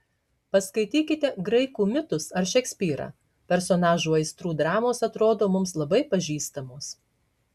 paskaitykite graikų mitus ar šekspyrą personažų aistrų dramos atrodo mums labai pažįstamos